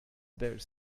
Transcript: there